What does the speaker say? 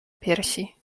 piersi